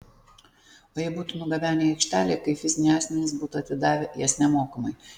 o jei būtų nugabenę į aikštelę kaip fiziniai asmenys būtų atidavę jas nemokamai